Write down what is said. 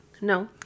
No